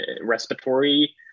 respiratory